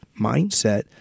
mindset